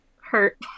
hurt